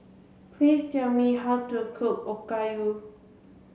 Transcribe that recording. please tell me how to cook Okayu